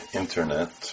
internet